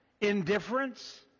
indifference